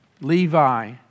Levi